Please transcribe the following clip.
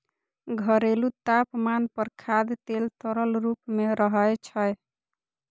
घरेलू तापमान पर खाद्य तेल तरल रूप मे रहै छै